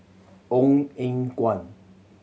Ong Eng Guan